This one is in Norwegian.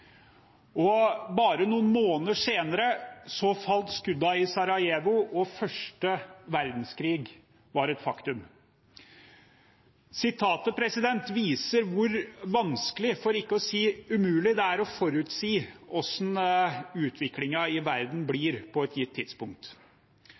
Bare noen måneder senere falt skuddene i Sarajevo, og første verdenskrig var et faktum. Sitatet viser hvor vanskelig, for ikke å si umulig, det er å forutsi hvordan utviklingen i verden